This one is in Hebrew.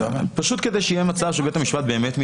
שפשוט יהיה מצב שבית המשפט באמת מתייחס.